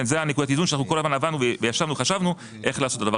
זה נקודת האיזון שישבנו וחשבנו איך לעשות את זה.